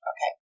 Okay